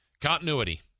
Continuity